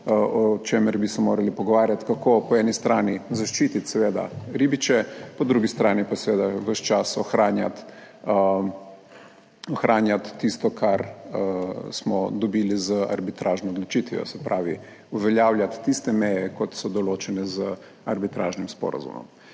o čemer bi se morali pogovarjati, kako po eni strani zaščititi seveda ribiče, po drugi strani pa seveda ves čas ohranjati tisto, kar smo dobili z arbitražno odločitvijo, se pravi uveljavljati tiste meje, kot so določene z arbitražnim sporazumom,